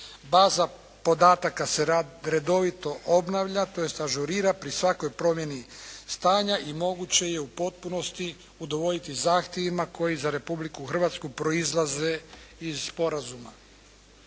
Baza podataka se redovito obnavlja, tj. ažurira pri svakoj promjeni stanja i moguće je u potpunosti udovoljiti zahtjevima koji za Republiku Hrvatsku proizlaze iz sporazuma.